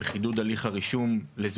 במקרה הראשון שעלה לדיון בנושא הזה,